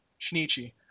Shinichi